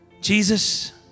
Jesus